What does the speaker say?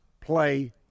play